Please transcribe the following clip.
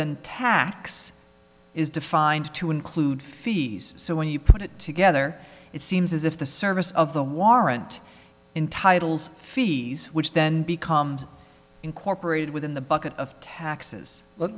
then tax is defined to include fees so when you put it together it seems as if the service of the warrant entitles fees which then becomes incorporated within the bucket of taxes